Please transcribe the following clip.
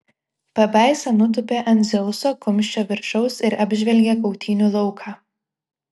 pabaisa nutūpė ant dzeuso kumščio viršaus ir apžvelgė kautynių lauką